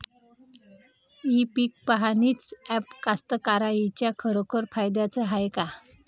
इ पीक पहानीचं ॲप कास्तकाराइच्या खरोखर फायद्याचं हाये का?